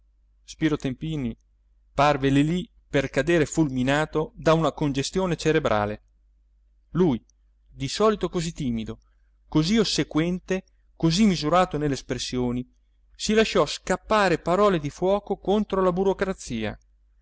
spiro tempini parve lì lì per cader fulminato da una congestione cerebrale lui di solito così timido così ossequente così misurato nelle espressioni si lasciò scappare parole di fuoco contro la burocrazia